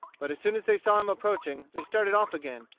but as soon as they saw him approaching they started off again,